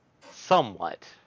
Somewhat